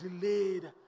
delayed